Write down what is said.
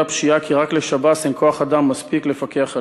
הפשיעה כי רק לשב"ס אין כוח-אדם מספיק לפקח עליהם,